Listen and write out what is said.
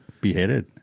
beheaded